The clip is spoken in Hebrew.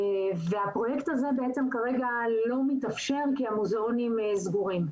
הפרויקט הזה בעצם כרגע לא מתאפשר כי המוזיאונים סגורים,